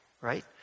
Right